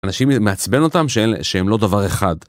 אנשים מעצבן אותם שהם לא דבר אחד.